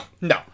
no